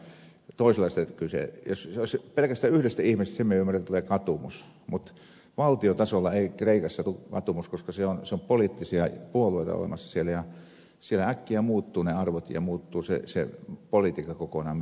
jos olisi pelkästään kyse yhdestä ihmisestä sen minä ymmärrän että tulee katumus mutta valtiotasolla ennen kristusta ikassa tule katumus koska siellä on poliittisia puolueita olemassa ja siellä äkkiä muuttuvat ne arvot ja muuttuu se politiikka kokonaan mitä tehdään